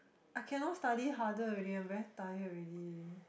I cannot study harder already I'm very tired already